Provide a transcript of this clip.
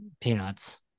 Peanuts